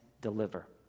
deliver